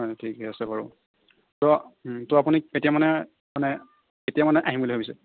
হয় নেকি ঠিকে আছে বাৰু ত' ত' আপুনি কেতিয়া মানে মানে কেতিয়া মানে আহিম বুলি ভাবিছে